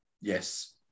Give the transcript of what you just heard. Yes